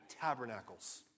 tabernacles